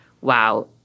wow